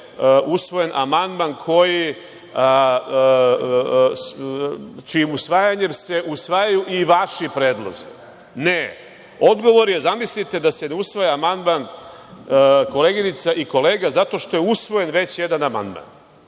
usvojen amandman čijim usvajanjem se usvajaju i vaši predlozi. Ne, odgovor je, zamislite, da se ne usvaja amandman koleginica i kolega zato što je usvojen već jedan amandman.